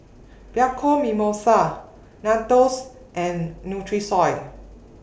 Bianco Mimosa Nandos and Nutrisoy